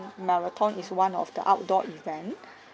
marathon is one of the outdoor event